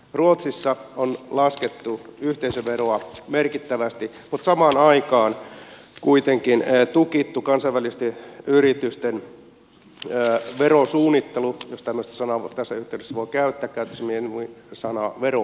ruotsissa on laskettu yhteisöveroa merkittävästi mutta samaan aikaan kuitenkin on tukittu kansainvälisten yritysten verosuunnittelu jos tämmöistä sanaa tässä yhteydessä voi käyttää käyttäisin mieluummin sanaa veronkiertomahdollisuuksia